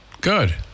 Good